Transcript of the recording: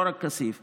לא רק כסיף,